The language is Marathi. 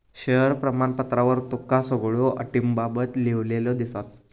शेअर प्रमाणपत्रावर तुका सगळ्यो अटींबाबत लिव्हलेला दिसात